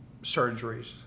surgeries